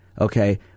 Okay